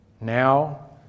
Now